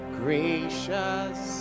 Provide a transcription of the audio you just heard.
gracious